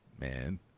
Man